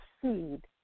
Succeed